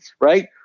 Right